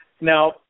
Now